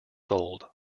sold